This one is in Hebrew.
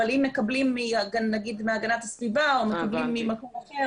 אבל אם מקבלים נגיד מהגנת הסביבה או ממקום אחר